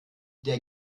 der